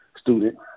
student